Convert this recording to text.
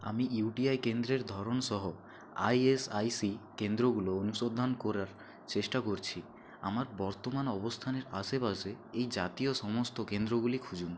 আমি ইউটিআই কেন্দ্রের ধরনসহ আইএসআইসি কেন্দ্রগুলো অনুসন্ধান করার চেষ্টা করছি আমার বর্তমান অবস্থানের আশেপাশে এই জাতীয় সমস্ত কেন্দ্রগুলি খুঁজুন